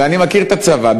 ואני מכיר את הצבא,